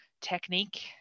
technique